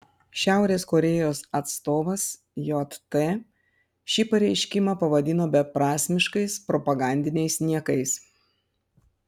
šiaurės korėjos atstovas jt šį pareiškimą pavadino beprasmiškais propagandiniais niekais